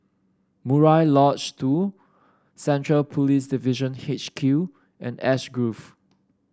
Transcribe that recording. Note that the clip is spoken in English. Murai Lodge Two Central Police Division HQ and Ash Grove